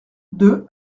deux